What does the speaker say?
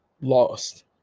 lost